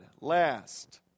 Last